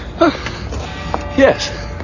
Yes